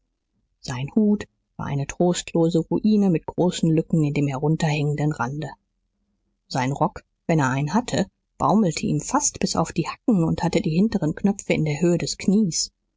sein hut war eine trostlose ruine mit großen lücken in dem herunterhängenden rande sein rock wenn er einen hatte baumelte ihm fast bis auf die hacken und hatte die hinteren knöpfe in der höhe des knies